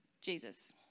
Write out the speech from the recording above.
Jesus